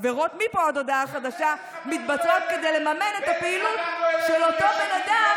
עבירות מפה עד הודעה חדשה מתבצעות כדי לממן את הפעילות של אותו בן אדם,